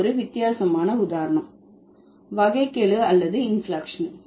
இது ஒரு வித்தியாசமான உதாரணம் வகைக்கெழு அல்லது இன்ஃப்ளெக்ஷன்